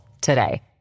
today